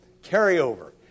carryover